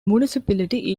municipality